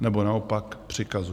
nebo naopak přikazuje.